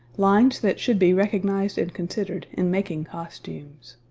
lines that should be recognized and considered in making costumes.